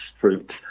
fruit